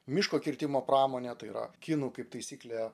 miško kirtimo pramonė tai yra kinų kaip taisyklė